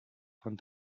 von